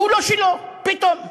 והוא לא שלו, פתאום.